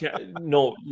No